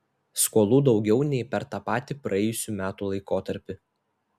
skolų daugiau nei per tą patį praėjusių metų laikotarpį